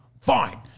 fine